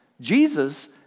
Jesus